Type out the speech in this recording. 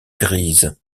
gris